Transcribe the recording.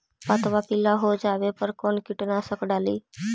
पतबा पिला हो जाबे पर कौन कीटनाशक डाली?